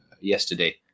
yesterday